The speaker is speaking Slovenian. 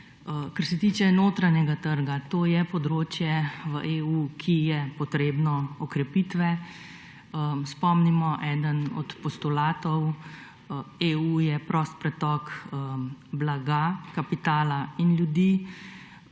Kar se tiče notranjega trga. To je področje v EU, ki je potrebno okrepitve. Spomnimo, eden do postulatov EU je prost pretok blaga, kapitala in ljudi.